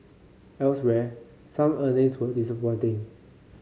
elsewhere some earnings were disappointing